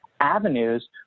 avenues